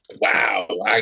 wow